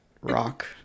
rock